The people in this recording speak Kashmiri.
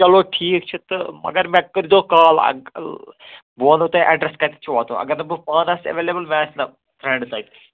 چَلو ٹھیٖک چھُ تہٕ مَگَر مےٚ کٔرۍ زیو کَال بہٕ وَنو تۄہہِ ایڈرَس کَتٮ۪تَھ چھُو واتُن اگَر نہٕ بہٕ پانہٕ آسہٕ ایویلیبٕل مےٚ فرینڈ تَتہِ